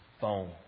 phone